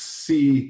see